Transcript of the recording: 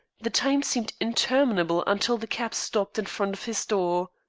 the time seemed interminable until the cab stopped in front of his door.